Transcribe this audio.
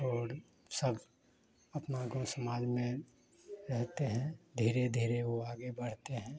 और सब अपना गाँव समाज में रहते हैं धीरे धीरे वे आगे बढ़ते हैं